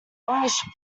longish